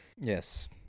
Yes